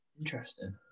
Interesting